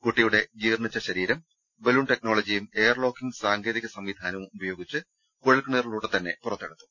കുട്ടി യുടെ ജീർണ്ണിച്ച ശരീരം ബലൂൺ ടെക്നോളജിയും എയർ ലോക്കിംഗ് സാങ്കേതിക സംവിധാനവും ഉപയോഗിച്ച് കുഴൽക്കിണറിലൂടെ തന്നെ പുറ ത്തെടുത്തു